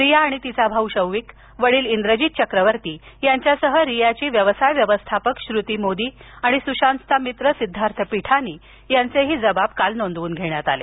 रिया तिचा भाऊ शौविक वडील इंद्रजित चक्रवर्ती यांच्यासह रियाची व्यवसाय व्यवस्थापक श्रुती मोदी आणि सुशांतचा मित्र सिद्धार्थ पिठानी यांचे जबाब काल नोंदवून घेण्यात आले